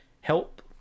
help